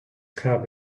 cup